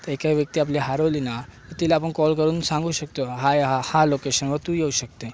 काही काही व्यक्ती आपली हरवली ना तर तिला आपण कॉल करून सांगू शकतो आहे हा लोकेशनवर तू येऊ शकते